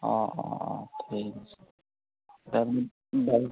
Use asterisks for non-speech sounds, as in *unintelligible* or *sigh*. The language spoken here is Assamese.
অঁ অঁ অঁ ঠিক আছে *unintelligible*